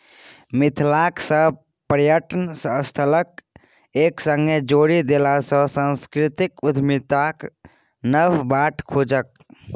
मिथिलाक सभ पर्यटन स्थलकेँ एक संगे जोड़ि देलासँ सांस्कृतिक उद्यमिताक नब बाट खुजत